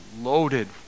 loaded